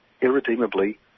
irredeemably